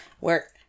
work